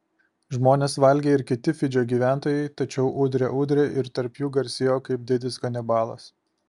žmones valgė ir kiti fidžio gyventojai tačiau udre udre ir tarp jų garsėjo kaip didis kanibalas